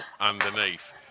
underneath